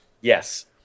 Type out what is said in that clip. Yes